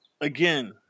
again